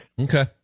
Okay